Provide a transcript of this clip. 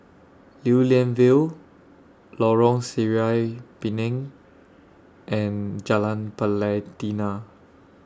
Lew Lian Vale Lorong Sireh Pinang and Jalan Pelatina